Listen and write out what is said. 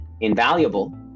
invaluable